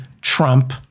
Trump